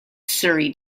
surrey